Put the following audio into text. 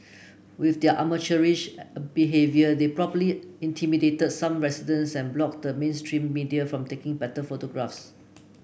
with their amateurish behaviour they probably intimidated some residents and blocked the mainstream media from taking better photographs